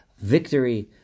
victory